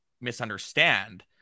misunderstand